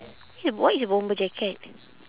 what is a bomber jacket